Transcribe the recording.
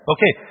Okay